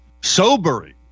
sobering